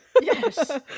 Yes